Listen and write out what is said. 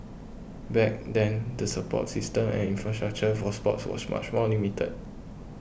back then the support system and infrastructure for sports was much more limited